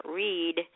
read